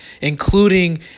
including